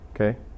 Okay